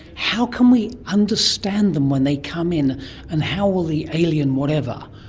how can we understand them when they come in and how will the alien, whatever,